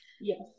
yes